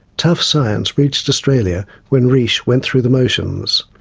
tough science reached australia when riche went through the motions,